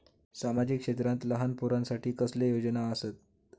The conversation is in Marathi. सामाजिक क्षेत्रांत लहान पोरानसाठी कसले योजना आसत?